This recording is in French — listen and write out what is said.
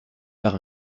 par